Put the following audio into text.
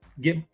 get